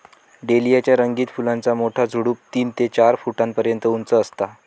dahlia च्या रंगीत फुलांचा मोठा झुडूप तीन ते चार फुटापर्यंत उंच असतं